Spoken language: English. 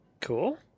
Cool